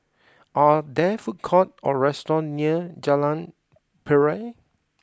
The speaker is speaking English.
are there food courts or restaurants near Jalan Piring